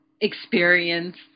experience